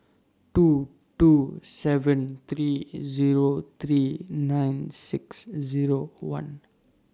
two two seven three Zero three nine six Zero one